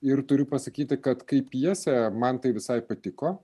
ir turiu pasakyti kad kaip pjesė man tai visai patiko